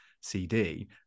CD